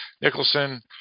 Nicholson